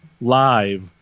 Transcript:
live